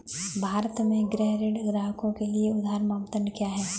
भारत में गृह ऋण ग्राहकों के लिए उधार मानदंड क्या है?